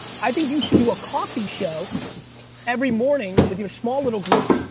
i think you should do a coffee show every morning with your small little group,